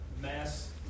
Mass